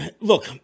Look